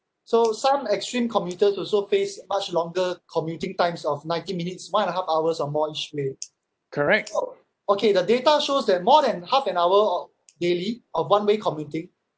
so some extreme commuters also pays much longer commuting times of ninety minutes one and a half hours or more each day okay the data shows that more than half an hour daily of one way commuting